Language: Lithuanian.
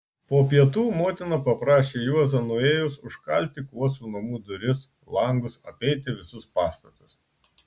po pietų motina paprašė juozą nuėjus užkalti kuosų namų duris langus apeiti visus pastatus